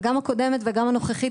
גם הקודמת וגם הנוכחית,